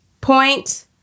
point